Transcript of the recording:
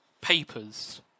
papers